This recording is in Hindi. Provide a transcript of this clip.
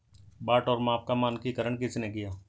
बाट और माप का मानकीकरण किसने किया?